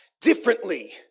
differently